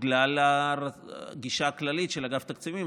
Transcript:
בגלל הגישה הכללית של אגף התקציבים,